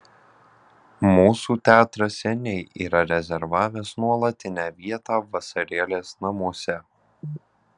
mūsų teatras seniai yra rezervavęs nuolatinę vietą vasarėlės namuose